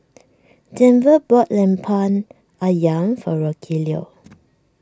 Denver bought Lemper Ayam for Rogelio